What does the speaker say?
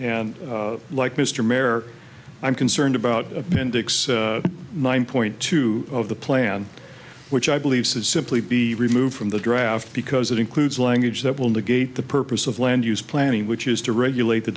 and like mr mayor i'm concerned about appendix nine point two of the plan which i believe says simply be removed from the draft because it includes language that will negate the purpose of land use planning which is to regulate the